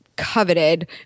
coveted